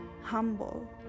Humble